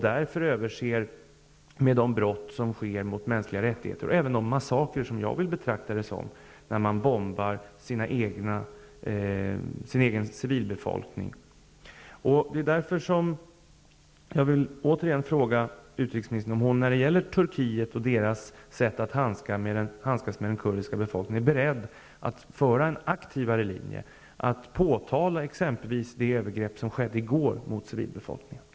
Därför överser man med de brott som sker mot de mänskliga rättigheterna och även med de massakrer -- jag vill betrakta det så -- där man bombar sin egen civilbefolkning. Därför vill jag återigen fråga utrikesministern om hon, när det gäller Turkiet och deras sätt att handskas med den kurdiska befolkningen, är beredd att föra en aktivare linje och att t.ex. påtala det övergrepp som skedde i går mot civilbefolkningen.